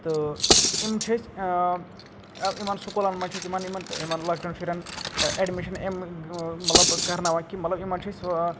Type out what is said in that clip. تہٕ یِم چھِ أسۍ یِمَن سکوٗلَن منٛز چھِ أسۍ یِمَن یِمَن یِمَن لوٚکٹٮ۪ن شُرٮ۪ن اٮ۪ڈمِشَن اَمہِ مطلب کَرناوان کہ مطلب یِمَن چھِ أسۍ